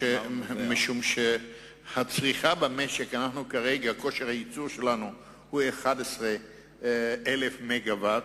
כרגע כושר הייצור שלנו הוא 11,000 מגוואט.